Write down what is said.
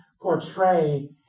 portray